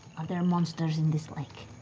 there monsters in this lake?